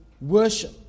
worship